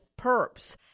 perps